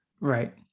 Right